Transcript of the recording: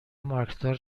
مارکدار